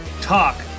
Talk